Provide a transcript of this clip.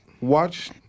Watch